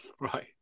right